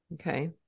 Okay